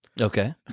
okay